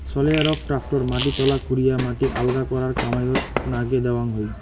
সয়েলারক tractor মাটি তলা খুরিয়া মাটি আলগা করার কামাইয়ত নাগে দ্যাওয়াং হই